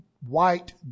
white